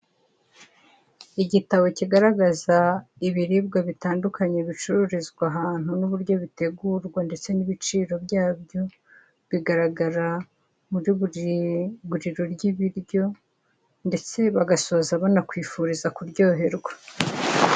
Igitabo kigaragaza ibiribwa bitandukanye bicururizwa ahantu n'uburyo bitegurwa ndetse n'ibiciro byabyo, bigaragara muri buri ruryibiryo ndetse bagasoza banakwifuriza kuryoherwa.